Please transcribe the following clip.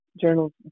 journals